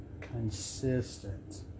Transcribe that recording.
consistent